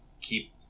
keep